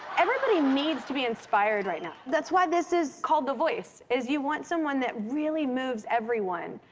everybody needs to be inspired right now. that's why this is called the voice, is you want someone that really moves everyone,